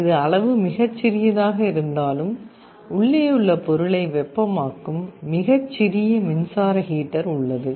இது அளவு மிகச் சிறியதாக இருந்தாலும் உள்ளே உள்ள பொருளை வெப்பமாக்கும் மிகச் சிறிய மின்சார ஹீட்டர் உள்ளது